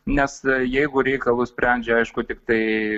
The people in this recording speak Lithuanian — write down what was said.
nes jeigu reikalus sprendžia aišku tiktai